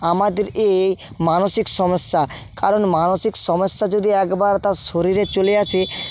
আমাদের এই মানসিক সমস্যা কারণ মানসিক সমস্যা যদি একবার তার শরীরে চলে আসে